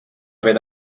haver